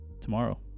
tomorrow